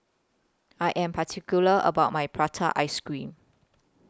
I Am particular about My Prata Ice Cream